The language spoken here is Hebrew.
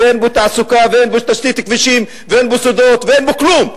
שאין בו תעסוקה ואין בו תשתית כבישים ואין בו יסודות ואין בו כלום.